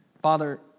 Father